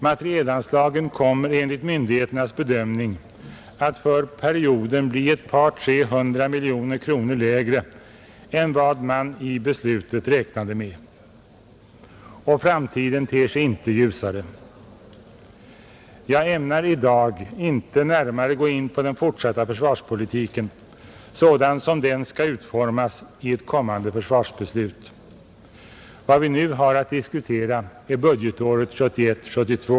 Materielanslagen kommer enligt myndigheternas bedömning att för perioden bli ett par tre hundra miljoner kronor lägre än vad man i beslutet räknade med, Och framtiden ter sig inte ljusare. Jag ämnar i dag inte närmare gå in på den fortsatta försvarspolitiken sådan som den skall utformas i ett kommande försvarsbeslut. Vad vi nu har att diskutera är budgetåret 1971/72.